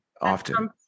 often